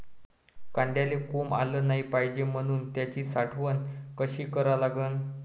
कांद्याले कोंब आलं नाई पायजे म्हनून त्याची साठवन कशी करा लागन?